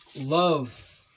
love